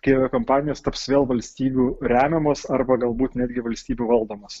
kai aviakompanijos taps vėl valstybių remiamos arba galbūt netgi valstybių valdomos